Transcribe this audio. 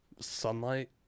sunlight